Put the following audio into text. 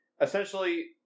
Essentially